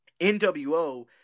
NWO